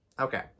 Okay